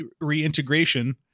reintegration